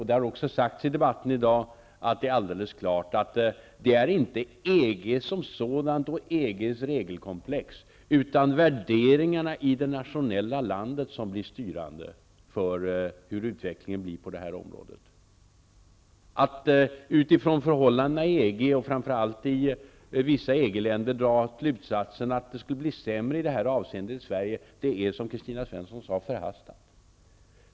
Det har också sagts i debatten i dag att det är helt klart att det inte är EG som sådant och EG:s regelkomplex utan värderingarna i det egna landet som blir styrande för hur utvecklingen går vidare på det här området. Att utifrån förhållandena i EG och framför allt i vissa EG-länder dra slutsatsen att det skulle bli sämre i detta avseende i Sverige är, som Kristina Svensson sade, förhastat.